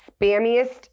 spammiest